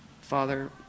Father